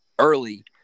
early